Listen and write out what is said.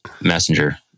messenger